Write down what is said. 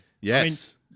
Yes